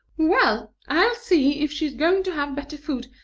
well, i'll see if she is going to have better food,